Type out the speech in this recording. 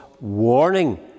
warning